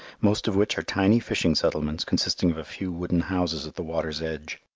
most of which are tiny fishing settlements consisting of a few wooden houses at the water's edge.